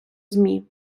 змі